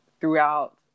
throughout